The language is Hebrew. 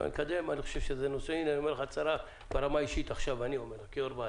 הנה, אני אומר הצהרה ברמה האישית, כיו"ר ועדה: